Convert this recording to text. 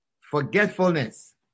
Forgetfulness